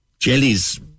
Jellies